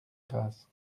grasse